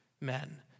men